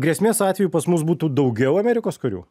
grėsmės atveju pas mus būtų daugiau amerikos karių